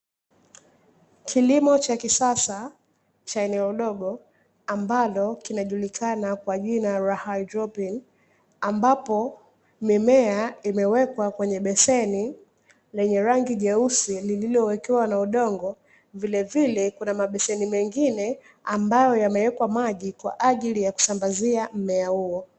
Kilimo cha kisasa cha eneo dogo, ambalo kinajulikana kwa jina la haidroponi, ambapo mimea imewekwa kwenye beseni lenye rangi nyeusi lililowekewa udongo, vilevile kuna mabeseni mengine ambayo yamewekwa maji kwa ajili ya kusambazia mmea huo.